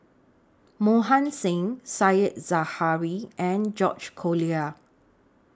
Mohan Singh Said Zahari and George Collyer